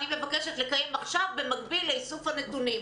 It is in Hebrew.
מבקשת לקיים עכשיו במקביל לאיסוף הנתונים.